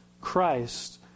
Christ